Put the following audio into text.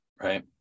Right